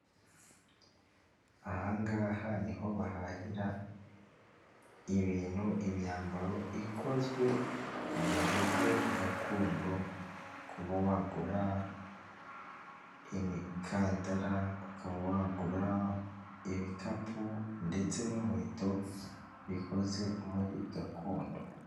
Aha ngaha ni ho bahahira ibintu, imyambaro ikozwe mu buryo gakondo, kuba wagura imikandara, ukaba wagura ibikapu ndetse n'inkweto bikoze muri gakondo.